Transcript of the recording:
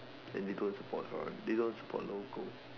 and they don't support foreign they don't support local